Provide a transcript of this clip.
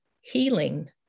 healing